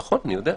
נכון, אני יודע.